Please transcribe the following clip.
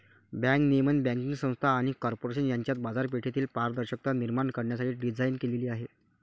bank नियमन banking संस्था आणि कॉर्पोरेशन यांच्यात बाजारपेठेतील पारदर्शकता निर्माण करण्यासाठी डिझाइन केलेले आहे